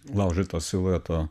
laužyto silueto